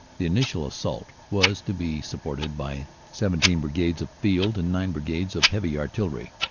the initial assault was to be supported by seventeen brigades of field and nine brigades of heavy artiijery.